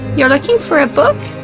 you're looking for a book?